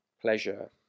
pleasure